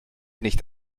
nicht